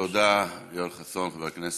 תודה, יואל חסון, חבר הכנסת.